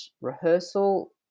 rehearsal